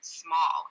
small